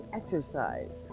exercise